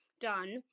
done